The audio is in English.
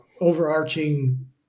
overarching